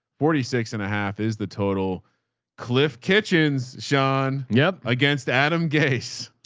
forty six and a half is the total cliff kitchens. sean yeah against adam gaze.